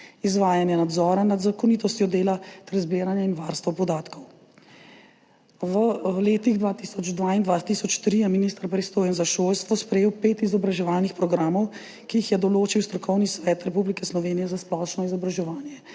izvajanje nadzora nad zakonitostjo dela ter zbiranje in varstvo podatkov. V letih 2002 in 2003 je minister, pristojen za šolstvo, sprejel pet izobraževalnih programov, ki jih je določil Strokovni svet Republike Slovenije za splošno izobraževanje.